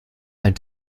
ein